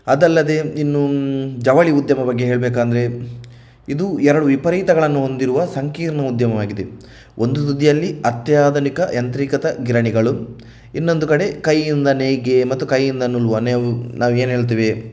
ಅದಲ್ಲದೆ ಇನ್ನು ಜವಳಿ ಉದ್ಯಮ ಬಗ್ಗೆ ಹೇಳಬೇಕೆಂದರೆ ಇದು ಎರಡು ವಿಪರೀತಗಳನ್ನು ಹೊಂದಿರುವ ಸಂಕೀರ್ಣ ಉದ್ಯಮವಾಗಿದೆ ಒಂದು ತುದಿಯಲ್ಲಿ ಅತ್ಯಾಧುನಿಕ ಯಂತ್ರೀಕೃತ ಗಿರಣಿಗಳು ಇನ್ನೊಂದು ಕಡೆ ಕೈಯಿಂದ ನೇಯ್ಗೆ ಮತ್ತು ಕೈಯಿಂದ ನೂಲುವ ನಾವು ಏನು ಹೇಳ್ತೀವಿ